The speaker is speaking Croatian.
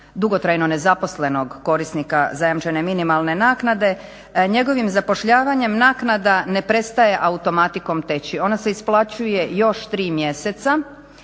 dugotrajno nezaposlenog korisnika zajamčene minimalne naknade njegovim zapošljavanjem naknada ne prestaje automatikom teći. Ona se isplaćuje još 3 mjeseca,